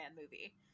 movie